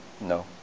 No